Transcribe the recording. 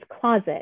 Closet